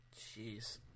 Jeez